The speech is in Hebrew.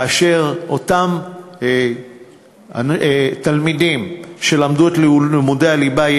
כאשר אותם תלמידים שלמדו את לימודי הליבה,